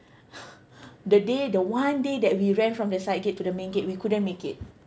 the day the one day that we ran from the side gate to the main gate we couldn't make it